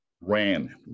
ran